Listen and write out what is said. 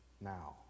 now